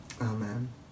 Amen